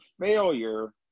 failure